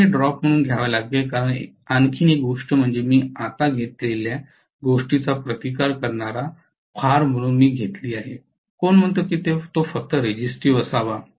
आपल्याला हे ड्रॉप म्हणून घ्यावे लागेल कारण आणखी एक गोष्ट म्हणजे मी आता घेतलेल्या गोष्टीचा प्रतिकार करणारा भार म्हणून मी घेतली आहे कोण म्हणतो की तो फक्त रेजिस्टीव असावा